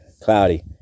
cloudy